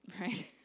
right